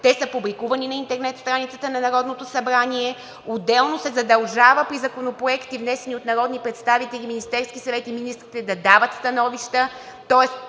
те са публикувани на интернет страницата на Народното събрание, а отделно се задължават при законопроекти, внесени от народни представители, Министерският съвет и министрите да дават становища.